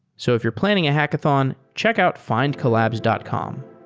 so if you're planning a hackathon, check out findcollabs dot com